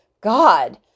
God